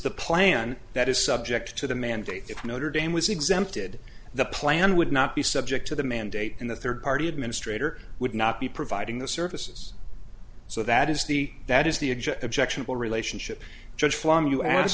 the plan that is subject to the mandate if notre dame was exempted the plan would not be subject to the mandate and the third party administrator would not be providing the services so that is the that is the objectionable relationship judge flarm you a